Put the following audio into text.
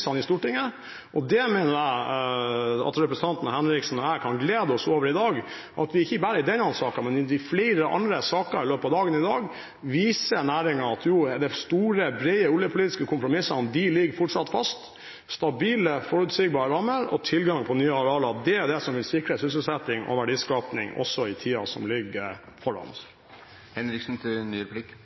kompromissene i Stortinget. Jeg mener at representanten Henriksen og jeg i dag kan glede oss over at vi ikke bare i denne saken, men i flere andre saker i løpet av dagen, viser næringen at de store, brede oljepolitiske kompromissene fortsatt ligger fast, med stabile, forutsigbare rammer og tilgang på nye arealer. Det er det som vil sikre sysselsetting og verdiskaping også i tiden som ligger foran oss.